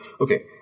Okay